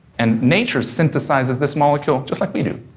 and nature synthesizes this molecule just like we do,